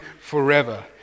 forever